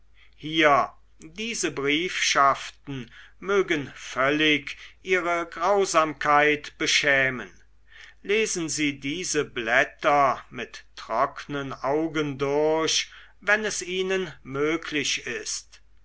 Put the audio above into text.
hier diese briefschaften mögen völlig ihre grausamkeit beschämen lesen sie diese blätter mit trocknen augen durch wenn es ihnen möglich ist